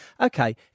Okay